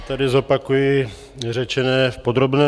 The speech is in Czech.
Já tady zopakuji řečené v podrobné.